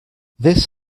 this